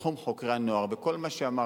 בתחום חוקרי הנוער, וכל מה שאמרת,